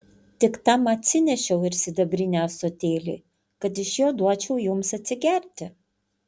tik tam atsinešiau ir sidabrinį ąsotėlį kad iš jo duočiau jums atsigerti